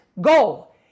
goal